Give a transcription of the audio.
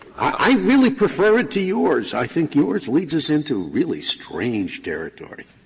i really prefer it to yours. i think yours leads us into really strange territory.